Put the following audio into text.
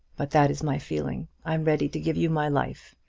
but that is my feeling. i'm ready to give you my life.